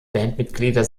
bandmitglieder